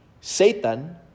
Satan